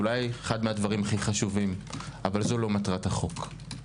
אולי אחד הדברים הכי חשובים אבל זו לא מטרת החוק.